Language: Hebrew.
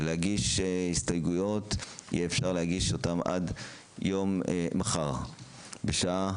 אפשר יהיה להגיש הסתייגויות עד מחר בשעה